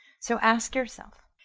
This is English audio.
so ask yourself,